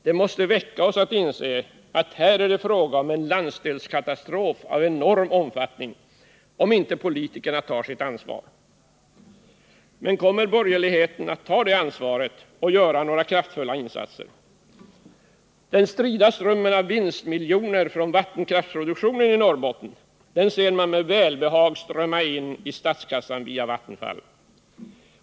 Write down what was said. Det måste väcka oss att inse att här är det fråga om en landsdelskatastrof av enorm omfattning om inte politikerna tar sitt ansvar. Men kommer borgerligheten att ta det ansvaret och göra några kraftfulla insatser? Den strida strömmen av vinstmiljoner från vattenkraftsproduktionen i Norrbotten ser man med välbehag strömma in i statskassan via Vattenfall.